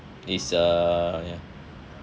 is uh ya